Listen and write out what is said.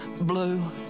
blue